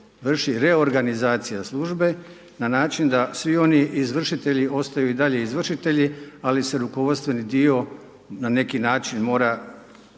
vrši reorganizacija službe na način da svi oni izvršitelji ostaju i dalje izvršitelji ali se rukovodstveni dio na neki način mora